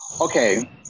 okay